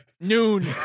noon